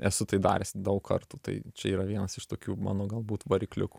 esu tai daręs daug kartų tai čia yra vienas iš tokių mano galbūt varikliukų